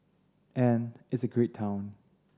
and it's a great town